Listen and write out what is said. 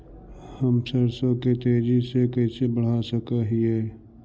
हम सरसों के तेजी से कैसे बढ़ा सक हिय?